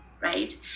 right